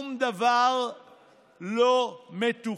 שום דבר לא מתוכנן.